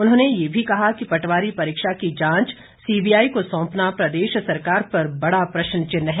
उन्होंने ये भी कहा कि पटवारी परीक्षा की जांच सीबीआई को सौंपना प्रदेश सरकार पर बड़ा प्रश्न चिन्ह है